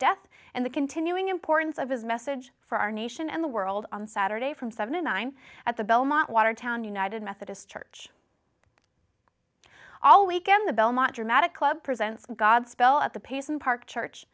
death and the continuing importance of his message for our nation and the world on saturday from seventy nine at the belmont watertown united methodist church all weekend the belmont dramatic club presents godspell at the pace and park church